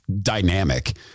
dynamic